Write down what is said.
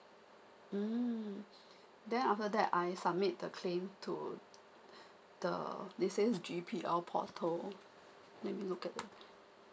mm then after that I submit the claim to the GPL portal let me look at this